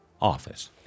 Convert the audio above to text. office